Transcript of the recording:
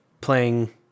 playing